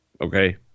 Okay